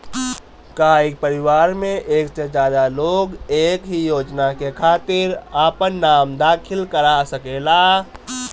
का एक परिवार में एक से ज्यादा लोग एक ही योजना के खातिर आपन नाम दाखिल करा सकेला?